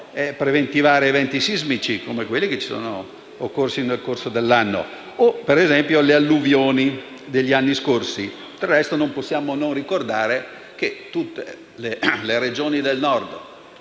può preventivare eventi sismici come quelli avvenuti nel corso dell'anno o, per esempio, le alluvioni degli anni scorsi. Del resto, non possiamo non ricordare che tutte le Regioni del Nord,